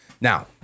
Now